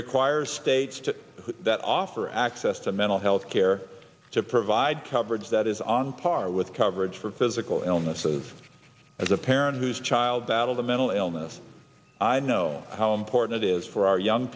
require states to that offer access to mental health care to provide coverage that is on par with coverage for physical illnesses as a parent whose child battled a mental illness i know how important it is for our young